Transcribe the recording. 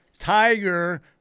Tiger